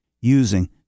using